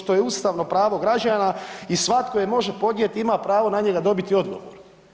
To je ustavno pravo građana i svatko je može podnijeti, ima pravo na njega dobiti odgovor.